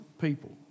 people